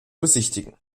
besichtigen